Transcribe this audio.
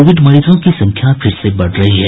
Covid मरीजों की संख्या फिर से बढ़ रही है